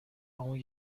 اون